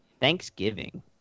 Thanksgiving